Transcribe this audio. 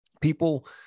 people